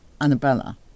Annabella